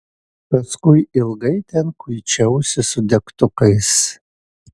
paskui ilgai ten kuičiausi su degtukais